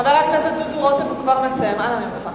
חבר הכנסת דודו רותם, הוא כבר מסיים, אנא ממך.